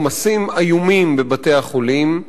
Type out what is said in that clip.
עומסים איומים בבתי-החולים,